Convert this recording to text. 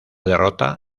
derrota